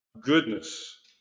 goodness